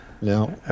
no